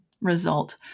result